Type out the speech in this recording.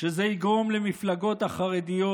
שזה יגרום למפלגות החרדיות